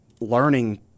learning